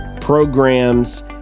programs